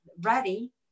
ready